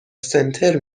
سنتر